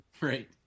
Right